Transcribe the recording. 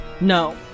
No